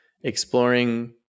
exploring